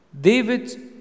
David